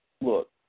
Look